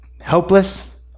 helpless